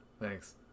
Thanks